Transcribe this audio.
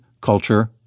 culture